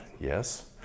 Yes